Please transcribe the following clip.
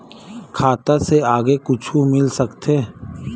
खाता से आगे कुछु मिल सकथे?